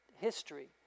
history